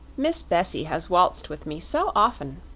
miss bessie has waltzed with me so often,